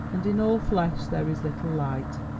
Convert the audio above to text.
and in all flesh there is little light.